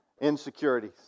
insecurities